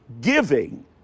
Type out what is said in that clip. Giving